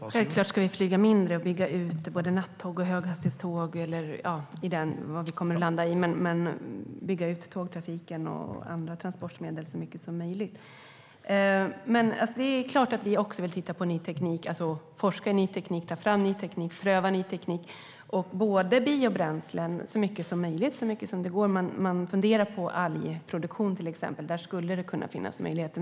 Herr talman! Självklart ska vi flyga mindre och bygga ut nattåg och höghastighetståg - eller vad vi kommer att landa i när det gäller tågtrafiken - och andra transportmedel så mycket som möjligt. Det är klart att vi också vill titta på - alltså forska i, ta fram och pröva - ny teknik. När det gäller biobränslen funderar man på algproduktion till exempel, för där skulle det kunna finnas möjligheter.